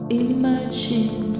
imagine